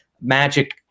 magic